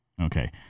Okay